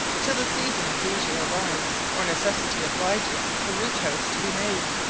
till the season of leisure arrives, or necessity obliges the root-house to be made.